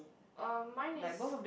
uh mine is